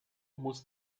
muss